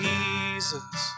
Jesus